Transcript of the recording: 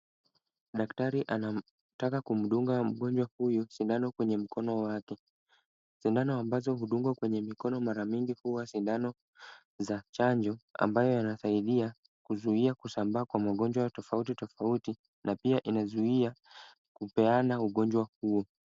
Daktari anataka kumdunga mgonjwa huyu sindano kwenye mkono wake. Sindano ambazo hudungwa kwenye mikono mara nyingi huwa sindano za chanjo, ambazo zinasaidia kuzuia kusambaa kwa magonjwa tofauti tofauti na pia inazuia, kupeana ugonjwa huo.